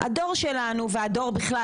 הדור שלנו והדור בכלל,